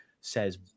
says